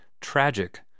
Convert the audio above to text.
tragic